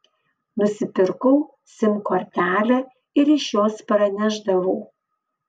nusipirkau sim kortelę ir iš jos pranešdavau